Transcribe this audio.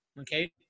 Okay